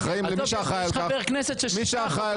למי שאחראי על כך --- יש חבר כנסת ששיבח אותו.